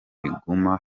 biguma